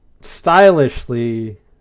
stylishly